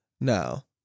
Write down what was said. Now